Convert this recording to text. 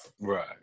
Right